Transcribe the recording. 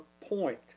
point